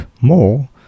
more